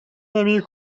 نمی